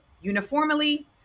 uniformly